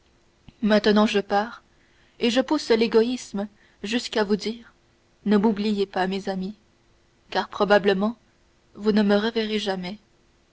maintenant je pars et je pousse l'égoïsme jusqu'à vous dire ne m'oubliez pas mes amis car probablement vous ne me reverrez jamais